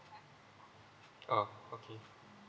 oh okay